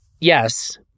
yes